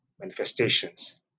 manifestations